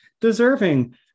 deserving